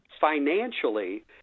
financially